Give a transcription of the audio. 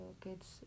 kids